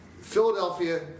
Philadelphia